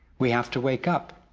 we have to wake up,